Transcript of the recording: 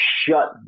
Shut